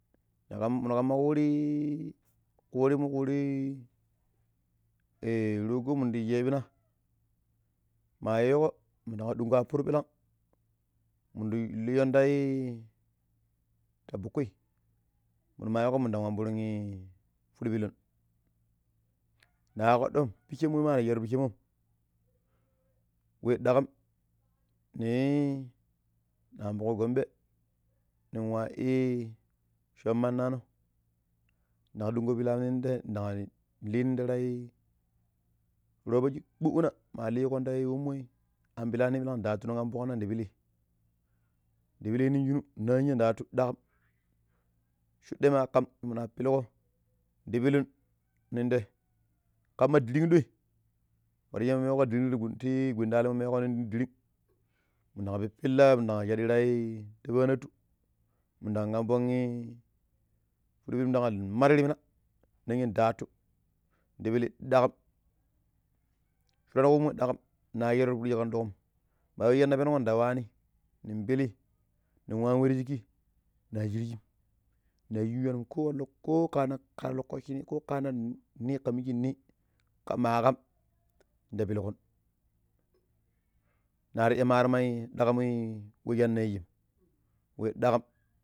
﻿Minu ƙamai korii, ƙurimu ƙuri i, ee rogo minu dang sheɓina mayiiƙo minun waa ɗungo appuru ɓirang minun dang liiyon ta bukkui minu mayiƙo minun da amburun kaii fudu piilun ma kpaɗam pishemoma mina shero ti pishenmoom we ɗaƙam nii na ambuƙo gombe ning wa ii ashon manano. Ndang dunko pillun nin tee ndang leeninte taii robber shin gbuɗina ma liƙon ta wemoii an pilani ɓirang ndatu ni an fukna da pili da pili nin shunu ninya da atu daƙƙam shude ma ƙam muna pilko da pillun ninte kama diring ɗoi warjemun ti ii gwindalimiko ning diring ndang pippilla minu nndang shaɗi ta pa̱natu minun ɗand ambun'i fidu minun ɗand mari ti mina, ninya ndatu nɗi pili ɗakam fooro ƙumu ɗaƙam na shero ti pidi shi ɗoƙum ma we shine penugo nda wani nin pili nin wan we ti shiki na shirjim na shinji shonum ko wan kahanan kannan ni ka minji ni ma kam da pillgon nar iyo marimai dagam wai shina yijiim wai dagam